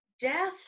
death